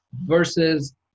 versus